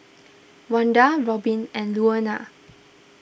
Wanda Robbin and Luana